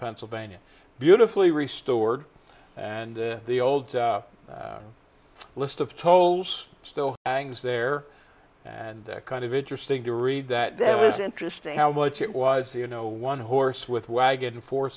pennsylvania beautifully restored and the old list of tolls still hangs there and that kind of interesting to read that that was interesting how much it was the you know one horse with wagon afor